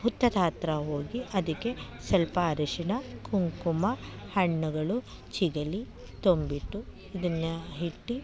ಹುತ್ತದ ಹತ್ರ ಹೋಗಿ ಅದಕ್ಕೆ ಸ್ವಲ್ಪ ಅರಿಶಿನ ಕುಂಕುಮ ಹಣ್ಣುಗಳು ಚಿಗಳಿ ತಂಬಿಟ್ಟು ಇದನ್ನು ಇಟ್ಟಿ